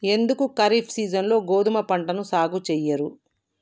ఎందుకు ఖరీఫ్ సీజన్లో గోధుమ పంటను సాగు చెయ్యరు?